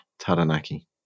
Taranaki